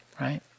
Right